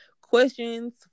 questions